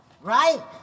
right